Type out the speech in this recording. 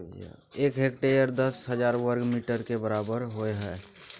एक हेक्टेयर दस हजार वर्ग मीटर के बराबर होय हय